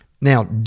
Now